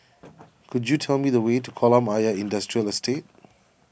could you tell me the way to Kolam Ayer Industrial Estate